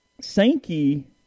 Sankey